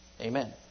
Amen